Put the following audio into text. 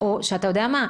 או שאתה יודע מה,